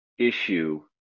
issue